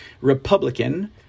Republican